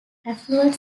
affluent